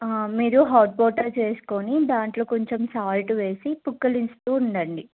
మీరు hot water చేసుకొని దాంట్లో కొంచెం సాల్ట్ వేసి పుక్కలిస్తు ఉండండి